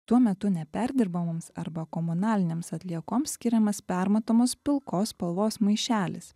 tuo metu neperdirbamoms arba komunalinėms atliekoms skiriamas permatomas pilkos spalvos maišelis